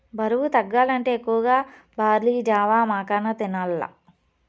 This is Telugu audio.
బరువు తగ్గాలంటే ఎక్కువగా బార్లీ జావ, మకాన తినాల్ల